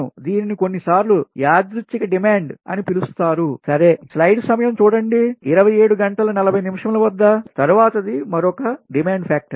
దీనిని కొన్నిసార్లు యాదృచ్చిక డిమాండ్ అని పిలుస్తారు సరే తర్వాతది మరొక డిమాండ్ ఫ్యాక్టర్